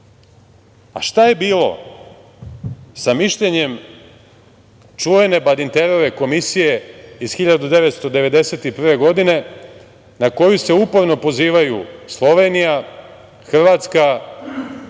- šta je bilo sa mišljenjem čuvene Badinterove komisije iz 1991. godine, na koju se uporno pozivaju Slovenija, Hrvatska,